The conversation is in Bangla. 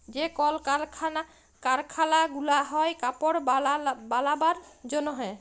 যে কল কারখালা গুলা হ্যয় কাপড় বালাবার জনহে